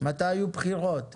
מתי היו בחירות,